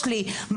יש לי מחלקה,